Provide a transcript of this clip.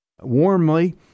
warmly